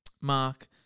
Mark